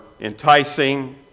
enticing